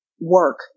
work